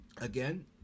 again